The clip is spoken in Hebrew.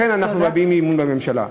לכן אנחנו מביעים אי-אמון בממשלה.